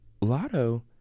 Lotto